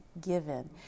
given